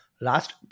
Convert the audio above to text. last